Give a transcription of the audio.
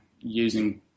using